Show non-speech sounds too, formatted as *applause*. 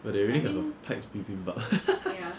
but they already have a paik's bibimbap *laughs*